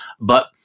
but-